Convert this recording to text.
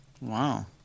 wow